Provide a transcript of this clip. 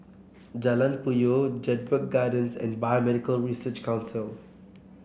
Jalan Puyoh Jedburgh Gardens and Biomedical Research Council